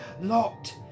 locked